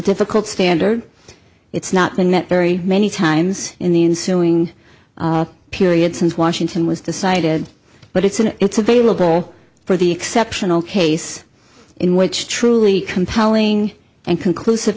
difficult standard it's not the net very many times in the ensuing period since washington was decided but it's an it's available for the exceptional case in which truly compelling and conclusive